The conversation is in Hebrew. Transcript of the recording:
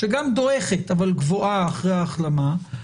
שגם דועכת אבל גבוהה אחרי ההחלמה,